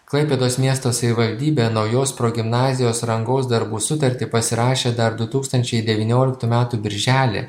klaipėdos miesto savivaldybė naujos progimnazijos rangos darbų sutartį pasirašė dar du tūkstančiai devynioliktų metų birželį